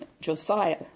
Josiah